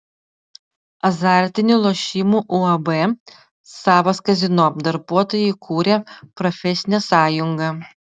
azartinių lošimų uab savas kazino darbuotojai įkūrė profesinę sąjungą